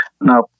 Now